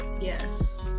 yes